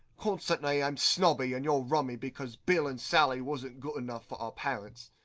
consequently i'm snobby and you're rummy because bill and sally wasn't good enough for our parents.